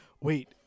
Wait